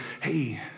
Hey